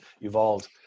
evolved